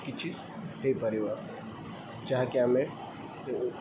କିଛି ହୋଇପାରିବ ଯାହାକି ଆମେ